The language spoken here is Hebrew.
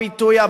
הביטוי,